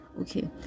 Okay